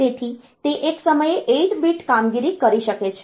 તેથી તે એક સમયે 8 bit કામગીરી કરી શકે છે